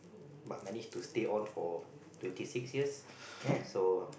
but manage to stay on for twenty six years so